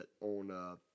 on –